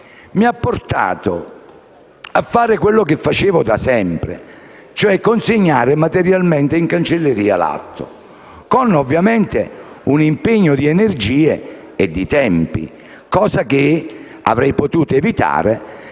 mi ha portato a fare quello che facevo da sempre: consegnare materialmente in cancelleria l'atto, ovviamente con un impegno di energie e di tempi, cosa che avrei potuto evitare